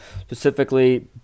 Specifically